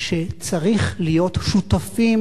שצריך להיות שותפים